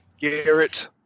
Garrett